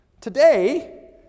Today